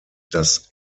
dass